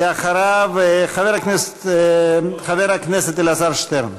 אחריו, חבר הכנסת אלעזר שטרן.